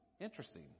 Interesting